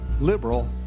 Liberal